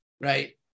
Right